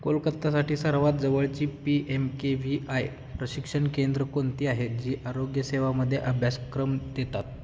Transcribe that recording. कोलकातासाठी सर्वांत जवळची P M K V I प्रशिक्षणकेंद्रं कोणती आहेत जी आरोग्यसेवामध्ये अभ्यासक्रम देतात